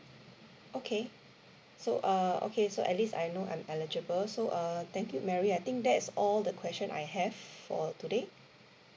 okay so err okay so at least I know I'm eligible so err thank you mary I think that's all the questions I have for today